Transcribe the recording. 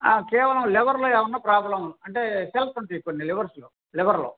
కేవలం లివర్లో ఏమన్నా ప్రాబ్లం ఉం అంటే సెల్స్ ఉంటాయి కొన్ని లివర్స్లో లివర్లో